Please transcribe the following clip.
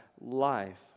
life